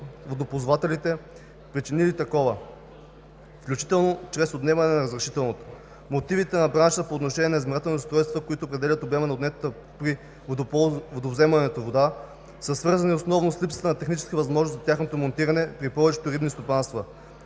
водоползватели, причинили такова, включително чрез отнемане на разрешителното. Мотивите на бранша по отношение измервателните устройства, които определят обема на отнетата при водовземането вода, са свързани основно с липсата на техническа възможност за тяхното монтиране при повечето рибни стопанства.